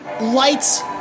lights